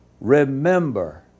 Remember